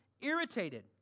irritated